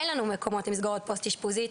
אין לנו מקומות למסגרת פוסט אישפוזית,